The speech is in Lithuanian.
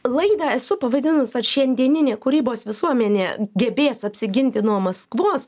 laidą esu pavadinus ar šiandieninė kūrybos visuomenė gebės apsiginti nuo maskvos